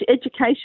education